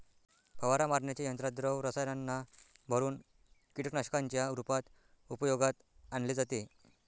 फवारा मारण्याच्या यंत्रात द्रव रसायनांना भरुन कीटकनाशकांच्या रूपात उपयोगात आणले जाते